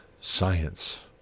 science